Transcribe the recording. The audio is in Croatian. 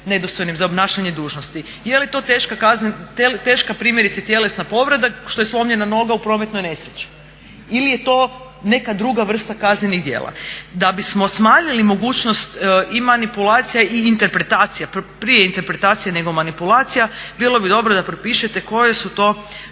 nedostojnim za obnašanje dužnosti. Jeli to primjerice teška tjelesna povreda što je slomljena noga u prometnoj nesreći ili je to neka druga vrsta kaznenih djela. Da bismo smanjili mogućnost i manipulacija i interpretacija, prije interpretacija nego manipulacija bilo bi dobro da propišete koja su to